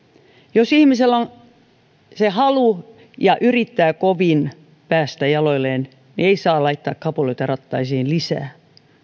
jos ihmisellä on se halu ja hän yrittää kovin päästä jaloilleen ei saa laittaa kapuloita rattaisiin lisää